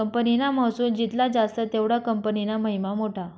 कंपनीना महसुल जित्ला जास्त तेवढा कंपनीना महिमा मोठा